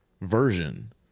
version